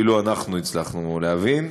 אפילו אנחנו הצלחנו להבין.